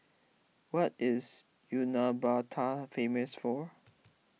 what is Ulaanbaatar famous for